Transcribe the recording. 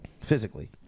physically